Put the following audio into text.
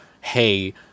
hey